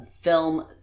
film